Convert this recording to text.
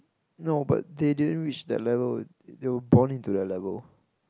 no but they didn't reach that level they were born into that level